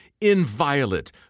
inviolate